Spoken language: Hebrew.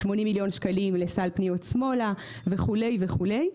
80 מיליון שקלים לסל פניות שמאלה וכולי וכולי.